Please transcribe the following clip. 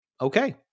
Okay